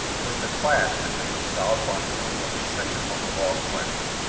with a crash that made the solid rock tremble, a section of the wall collapsed.